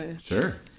sure